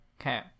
Okay